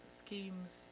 schemes